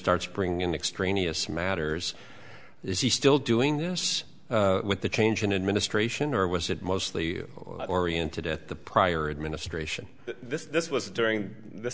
starts bringing in extraneous matters is he still doing this with the change in administration or was it mostly oriented at the prior administration this was during th